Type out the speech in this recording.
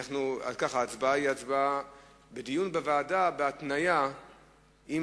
אם כך, ההצבעה היא על דיון בוועדה בהתניה, אם